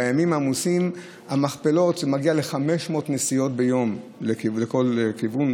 בימים העמוסים זה מגיע ל-500 נסיעות ביום לכל כיוון.